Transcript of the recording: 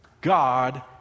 God